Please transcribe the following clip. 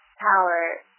power